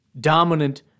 dominant